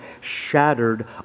shattered